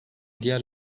diğer